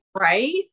Right